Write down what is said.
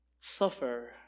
suffer